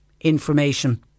information